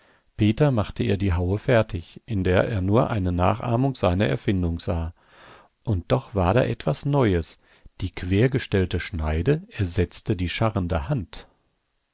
peter machte ihr die haue fertig in der er nur eine nachahmung seiner erfindung sah und doch war da etwas neues die quergestellte schneide ersetzte die scharrende hand